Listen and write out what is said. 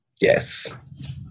Yes